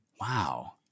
Wow